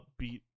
upbeat